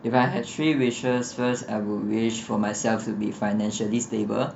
if you had three wishes first I would wish for myself to be financially stable